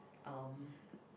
um